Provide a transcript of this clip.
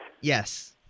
Yes